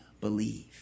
believe